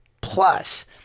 Plus